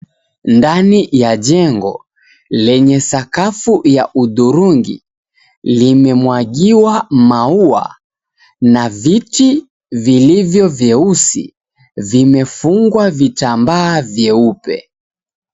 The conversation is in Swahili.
Ndani ya jengo, lenye sakafu la hudhurungi, limemwagiwa maua na viti vilivyo vyeusi zimefungwa vitamba vyeupe.